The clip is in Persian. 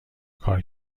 کار